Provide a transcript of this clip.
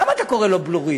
למה אתה קורא לו "בלורית"?